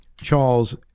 Charles